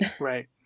Right